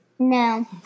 No